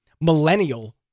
millennial